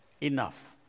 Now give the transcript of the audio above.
enough